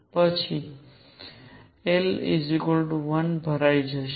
અને પછી l 1 ભરાઈ જશે